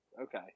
Okay